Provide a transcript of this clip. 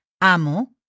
amo